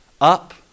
Up